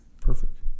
perfect